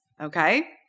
Okay